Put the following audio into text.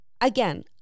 again